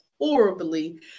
horribly